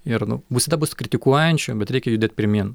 ir nu visada bus kritikuojančių bet reikia judėt pirmyn